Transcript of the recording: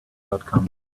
outcome